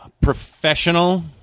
professional